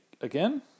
again